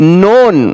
known